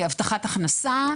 הבטחת הכנסה.